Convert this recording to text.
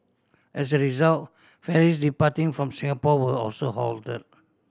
as a result ferries departing from Singapore were also halted